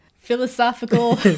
Philosophical